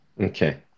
Okay